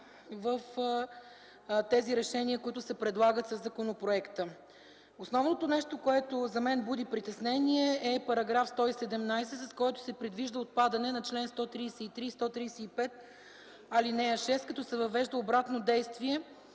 в тези решения, които се предлагат със законопроекта. Основното нещо, което за мен буди притеснение, е § 117. С него се предвижда отпадане на чл. 133 и 135, ал. 6, като се въвежда обратно действие